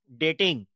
dating